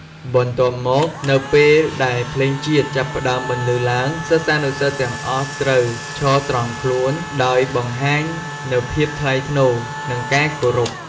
បន្ទាប់មក នៅពេលដែល ភ្លេងជាតិ ចាប់ផ្តើមបន្លឺឡើង សិស្សានុសិស្សទាំងអស់ត្រូវ ឈរត្រង់ខ្លួន ដោយបង្ហាញនូវភាពថ្លៃថ្នូរ និងការគោរព។